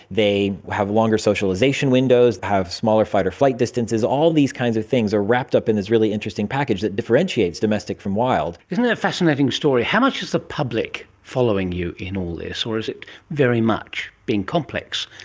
they have longer socialisation windows, they have smaller fight or flight distances, all these kinds of things are wrapped up in this really interesting package that differentiates domestic from wild. isn't it a fascinating story. how much is the public following you in all this, or is it very much, being complex,